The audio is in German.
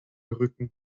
rücken